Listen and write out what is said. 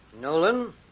Nolan